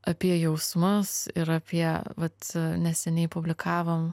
apie jausmus ir apie vat neseniai publikavom